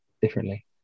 differently